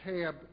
tab